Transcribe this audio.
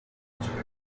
archery